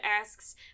asks